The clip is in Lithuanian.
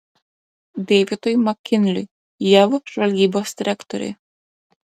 deividui makinliui jav žvalgybos direktoriui